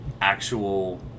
actual